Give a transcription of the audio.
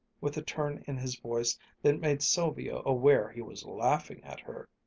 with a turn in his voice that made sylvia aware he was laughing at her,